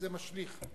וזה משליך.